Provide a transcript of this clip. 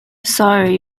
sori